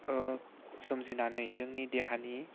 सोमजिनानै जोंनि देहानि